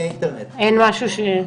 אנחנו התייצבנו,